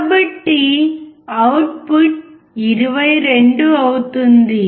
కాబట్టి అవుట్పుట్ 22 అవుతుంది